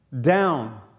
down